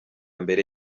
mbere